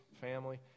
family